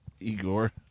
Igor